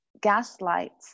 gaslights